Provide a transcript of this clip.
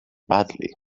badly